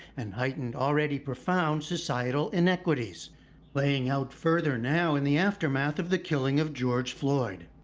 and heightened already profound societal inequities playing out further now in the aftermath of the killing of george floyd.